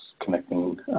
connecting